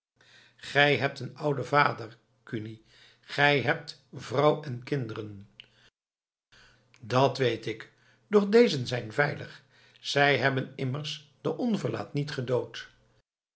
gij hebt een ouden vader kuni gij hebt vrouw en kinderen dat weet ik doch dezen zijn veilig zij immers hebben den onverlaat niet gedood